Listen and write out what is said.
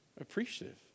appreciative